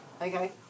Okay